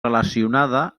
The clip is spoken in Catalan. relacionada